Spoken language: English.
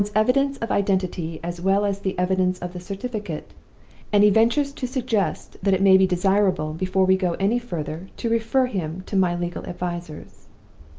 he wants evidence of identity as well as the evidence of the certificate and he ventures to suggest that it may be desirable, before we go any further, to refer him to my legal advisers.